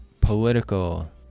political